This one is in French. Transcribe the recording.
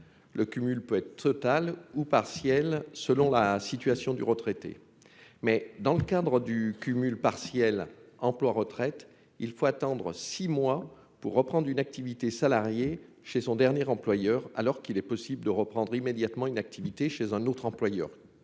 le cumul peut être totale ou partielle, selon la situation du retraité, mais dans le cadre du cumul partiel emploi-retraite il faut attendre 6 mois pour reprendre une activité salariée chez son dernier employeur alors qu'il est possible de reprendre immédiatement une activité chez un autre employeur